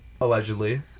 allegedly